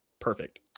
perfect